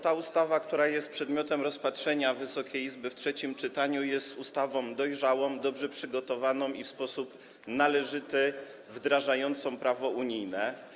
Ta ustawa, która jest przedmiotem rozpatrzenia Wysokiej Izby w trzecim czytaniu, jest ustawą dojrzałą, dobrze przygotowaną i w sposób należyty wdrażającą prawo unijne.